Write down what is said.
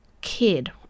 kid